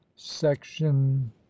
section